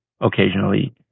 occasionally